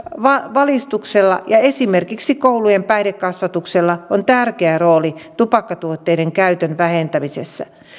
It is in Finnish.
valistuksella ja esimerkiksi koulujen päihdekasvatuksella on tärkeä rooli tupakkatuotteiden käytön vähentämisessä